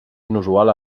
inusual